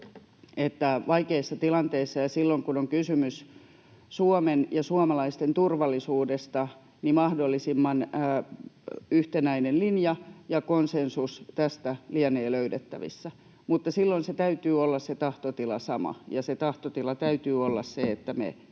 vaikeissa tilanteissa ja silloin, kun on kysymys Suomen ja suomalaisten turvallisuudesta, mahdollisimman yhtenäinen linja ja konsensus tästä lienevät löydettävissä, mutta silloin sen tahtotilan täytyy olla sama, ja sen tahtotilan täytyy olla se, että me